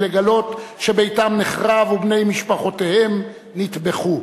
לגלות שביתם נחרב ובני משפחותיהם נטבחו.